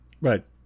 Right